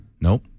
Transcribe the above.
Nope